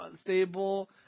stable